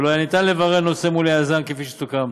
ולא היה ניתן לברר הנושא מול היזם כפי שסוכם.